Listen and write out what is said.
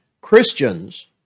Christians